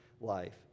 life